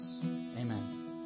Amen